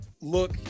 look